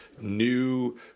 new